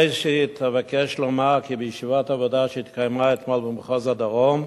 ראשית אבקש לומר כי בישיבת עבודה שהתקיימה אתמול במחוז הדרום